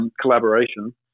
collaboration